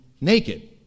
naked